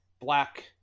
black